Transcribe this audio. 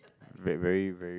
wait very very